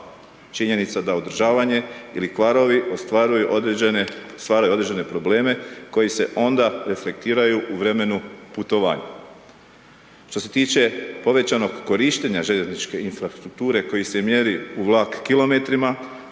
Činjenica da održavanje ili kvarovi stvaraju određene probleme koji se onda reflektiraju u vremenu putovanja. Što se tiče povećanog korištenja željezničke infrastrukture koji se mjeri u vlak kilometrima,